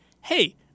hey